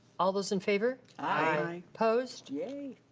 all those in favor? aye. opposed? yay!